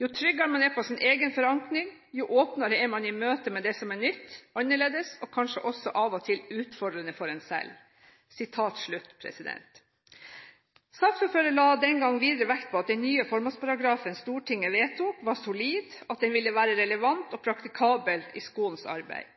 Jo tryggere man er på sin egen forankring, jo åpnere er man i møte med det som er nytt, annerledes og kanskje også av og til utfordrende for en selv.» Saksordføreren la den gang videre vekt på at den nye formålsparagrafen Stortinget vedtok, var solid, og at den ville være relevant og praktikabel i skolens arbeid.